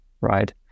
right